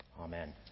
Amen